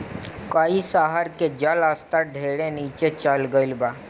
कई शहर के जल स्तर ढेरे नीचे चल गईल बा